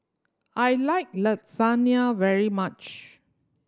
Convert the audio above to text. I like Lasagna very much